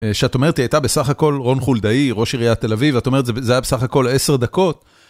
שאת אומרת, היא הייתה בסך הכל רון חולדאי, ראש עיריית תל אביב, ואת אומרת, זה היה בסך הכל 10 דקות.